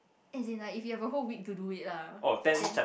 as in like if you have like a whole week to do it lah then